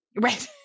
Right